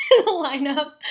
lineup